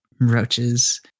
roaches